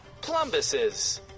Plumbuses